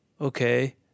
Okay